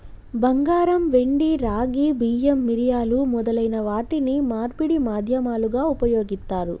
బంగారం, వెండి, రాగి, బియ్యం, మిరియాలు మొదలైన వాటిని మార్పిడి మాధ్యమాలుగా ఉపయోగిత్తారు